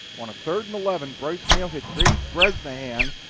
on a third and eleven, bryce meehl hit grady bresnahan